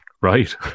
Right